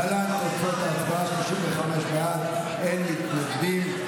להלן תוצאות ההצבעה: 35 בעד, אין מתנגדים.